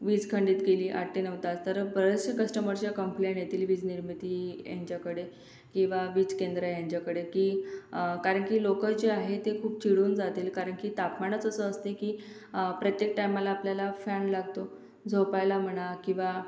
वीज खंडित केली आठ ते नऊ तास तर बरेचसे कस्टमर्सच्या कंप्लेण येतील वीज निर्मिती यांच्याकडे किंवा वीज केंद्र यांच्याकडे की कारण की लोक जे आहे ते खूप चिडून जातील कारण की तापमानच असं असते की प्रत्येक टायमाला आपल्याला फॅन लागतो झोपायला म्हणा किंवा